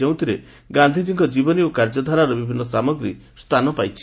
ଯେଉଁଥିରେ ଗାନ୍ଧିଜୀଙ୍କ ଜୀବନ ଓ କାର୍ଯ୍ୟଧାରାର ବିଭିନ୍ନ ସାମଗ୍ରୀ ସ୍ଥାନ ପାଇଛି